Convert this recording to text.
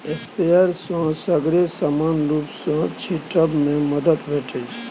sprayer सँ सगरे समान रुप सँ छीटब मे मदद भेटै छै